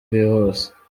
bwihuse